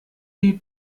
die